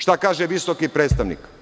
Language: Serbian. Šta kaže visoki predstavnik?